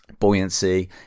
Buoyancy